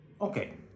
Okay